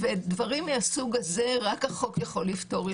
דברים מהסוג הזה רק החוק יכול לפתור.